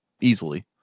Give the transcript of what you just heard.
easily